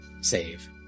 save